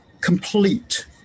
complete